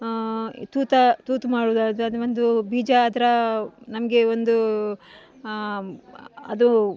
ತೂತು ತೂತು ಮಾಡುವುದು ಅದು ಅದು ಒಂದು ಬೀಜ ಅದರ ನಮಗೆ ಒಂದು ಅದು